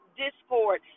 discord